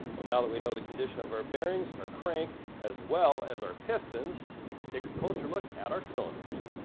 now that we know the condition of our bearings, our crank as well as our pistons, we can take a closer look at our cylinder.